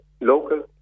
local